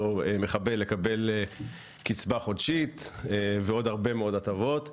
מחבל לקבל קצבה חודשית ועוד הרבה מאוד הטבות,